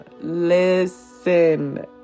Listen